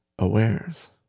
awares